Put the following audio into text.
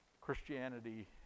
Christianity